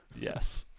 Yes